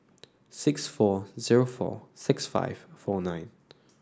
six four zero four six five four nine